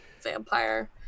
vampire